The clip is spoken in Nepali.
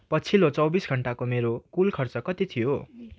पछिल्लो चौबिस घन्टाको मेरो कुल खर्च कति थियो